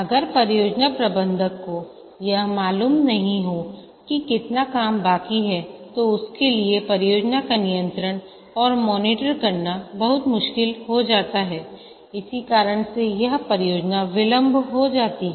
अगर परियोजना प्रबंधक को यह मालूम नहीं हो कि कितना काम बाकी है तोउसके लिए परियोजना का नियंत्रण और मॉनिटर करना बहुत मुश्किल हो जाता है इसी कारण से यह परियोजना विलंब हो जाती है